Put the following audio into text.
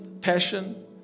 passion